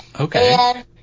Okay